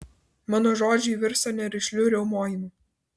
mano žodžiai virsta nerišliu riaumojimu